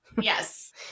Yes